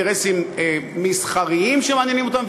אינטרסים מסחריים שמעניינים אותן,